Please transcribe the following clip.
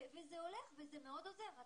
וזה הולך, וזה מאוד עוזר.